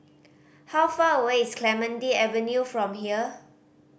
how far away is Clementi Avenue from here